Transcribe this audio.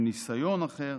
עם ניסיון אחר.